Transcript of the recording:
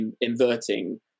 inverting